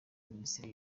minisiteri